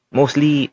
mostly